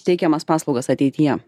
teikiamas paslaugas ateityje